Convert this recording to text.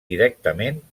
directament